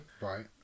right